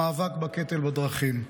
המאבק בקטל בדרכים.